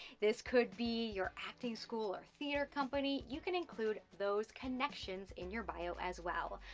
this could be your acting school, or theater company. you can include those connections in your bio as well.